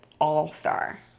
all-star